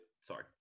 Sorry